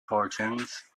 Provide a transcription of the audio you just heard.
cartoons